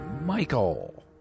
Michael